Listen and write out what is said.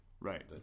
Right